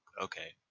okay